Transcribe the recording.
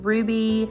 Ruby